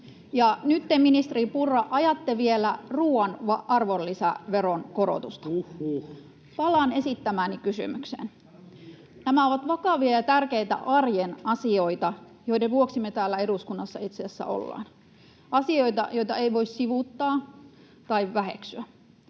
nyt te, ministeri Purra, ajatte vielä ruoan arvonlisäveron korotusta. Palaan esittämääni kysymykseen. Nämä ovat vakavia ja tärkeitä arjen asioita, joiden vuoksi me täällä eduskunnassa itse asiassa ollaan. Asioita, joita ei voi sivuuttaa tai väheksyä.